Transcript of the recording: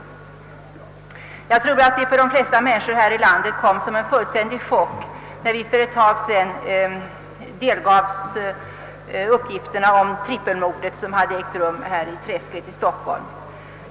Jag tror att det för de flesta människor i vårt land kom som en fullständig chock när vi för ett tag sedan delgavs uppgifterna om trippelmorden i träsket här i Stockholm.